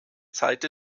zeit